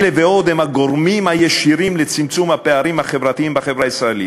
אלה ועוד הם הגורמים הישירים לצמצום הפערים החברתיים בחברה הישראלית,